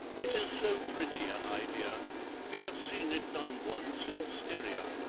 it is so pretty an idea we have seen it done once in styria.